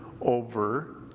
over